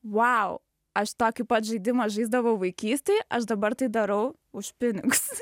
vau aš tokį pat žaidimą žaisdavau vaikystėje aš dabar tai darau už pinigus